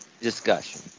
discussion